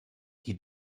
die